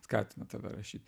skatina tave rašyt